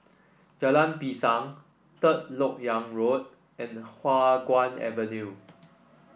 Jalan Pisang Third LoK Yang Road and Hua Guan Avenue